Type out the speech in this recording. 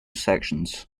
sections